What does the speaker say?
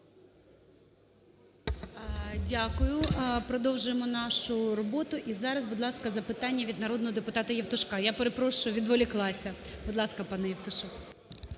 Дякую. Продовжуємо нашу роботу. І зараз, будь ласка, запитання від народного депутатаЄвтушка. Я перепрошую, відволіклася. Будь ласка, панеЄвтушок.